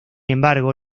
embargo